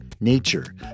nature